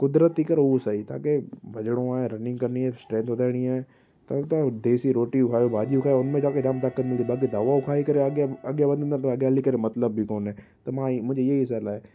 क़ुदिरती करे उहा सही तव्हांखे भॼिणो आहे रनींग करिणी आहे स्ट्रेंथ वधाइणी आहे त तव्हां देसी रोटियूं खाओ भाॼियूं खाओ उन में तव्हांखे जाम ताक़त मिलंदी बाक़ी दवाऊं खाई करे अॻियां अॻियां वधंदा त अॻियां हली करे मतिलब बि कोन्हे त मां हीअ मुंहिंजी हीअ ई सलाह आहे